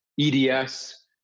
EDS